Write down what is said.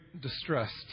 distressed